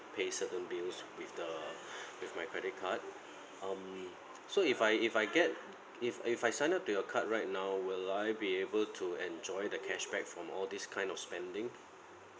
pay certain bills with the with my credit card um so if I if I get if if I sign up to your card right now will I be able to enjoy the cashback from all these kind of spending